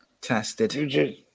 Tested